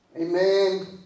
Amen